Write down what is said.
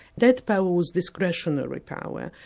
that power was discretionary power,